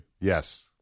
Yes